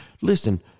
Listen